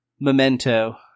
memento